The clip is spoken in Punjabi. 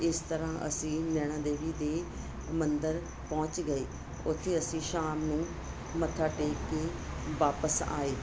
ਇਸ ਤਰ੍ਹਾਂ ਅਸੀਂ ਨੈਣਾਂ ਦੇਵੀ ਦੇ ਮੰਦਰ ਪਹੁੰਚ ਗਏ ਉੱਥੇ ਅਸੀਂ ਸ਼ਾਮ ਨੂੰ ਮੱਥਾ ਟੇਕ ਕੇ ਵਾਪਸ ਆਏ